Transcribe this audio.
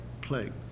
Plague